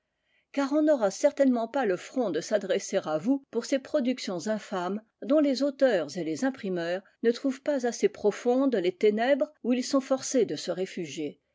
car on n'aura certainement pas le front de s'adresser à vous pour ces productions infâmes dont les auteurs et les imprimeurs ne trouvent pas assez profondes les ténèbres où ils sont forcés de se réfugier